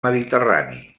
mediterrani